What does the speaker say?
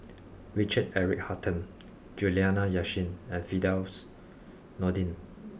Richard Eric Holttum Juliana Yasin and Firdaus Nordin